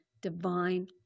divine